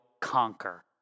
conquer